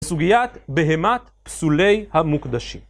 סוגיית בהימת פסולי המוקדשים